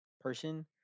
person